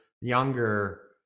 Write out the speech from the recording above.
younger